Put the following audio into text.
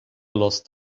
lost